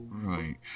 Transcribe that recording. Right